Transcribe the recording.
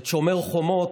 את שומר החומות?